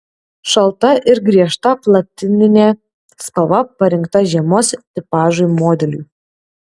šalta ir griežta platininė spalva parinkta žiemos tipažui modeliui